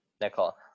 Nicole